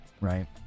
right